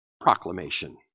proclamation